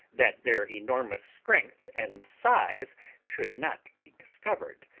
that their enormous strength and size should not be discovered,